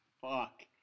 Fuck